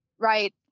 Right